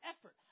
effort